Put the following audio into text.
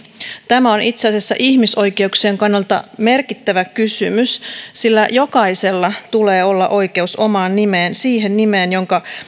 tämä on itse asiassa ihmisoikeuksien kannalta merkittävä kysymys sillä jokaisella tulee olla oikeus omaan nimeen siihen nimeen jonka